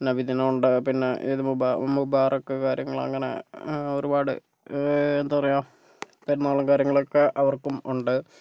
നബിദിനം ഉണ്ട് പിന്നെ ഈദ് മുബാറക്ക് മുബാറക്ക് കാര്യങ്ങള് അങ്ങനെ ഒരുപാട് എന്താ പറയുക പെരുന്നാളും കാര്യങ്ങളൊക്കെ അവർക്കും ഉണ്ട്